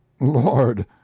lord